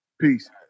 Peace